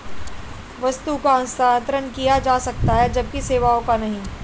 वस्तु का हस्तांतरण किया जा सकता है जबकि सेवाओं का नहीं